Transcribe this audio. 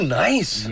nice